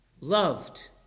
loved